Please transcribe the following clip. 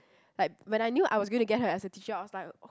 like when I knew I was going to get her as a teacher I was like